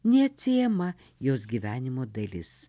neatsiejama jos gyvenimo dalis